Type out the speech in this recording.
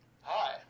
Hi